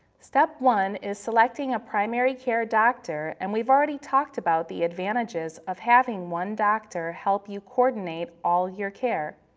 step one is selecting a primary care doctor and we've already talked about the advantages of having one doctor help you coordinate all your care.